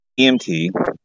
EMT